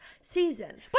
season